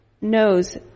knows